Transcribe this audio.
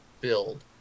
build